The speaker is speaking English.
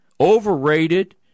overrated